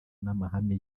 n’amahame